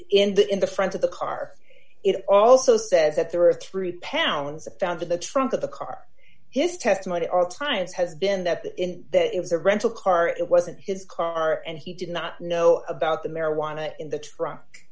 in the in the front of the car it also said that there were three pounds of found in the trunk of the car his testimony at all times has been that that it was a rental car it wasn't his car and he did not know about the marijuana in the trunk